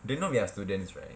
do you know we are students right